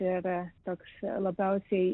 ir toks labiausiai